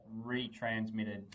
retransmitted